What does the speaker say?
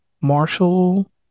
Marshall